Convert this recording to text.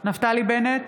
נפתלי בנט,